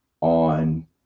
on